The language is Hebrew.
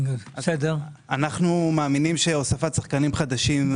אנו מאמינים שהוספת שחקנים חדשים,